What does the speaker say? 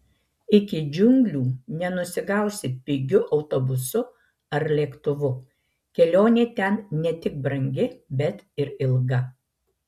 iki džiunglių nenusigausi pigiu autobusu ar lėktuvu kelionė ten ne tik brangi bet ir ilga